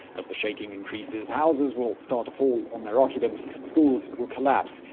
as the shaking increases, houses will start to fall on their occupants. schools will collapse.